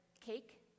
cake